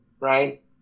right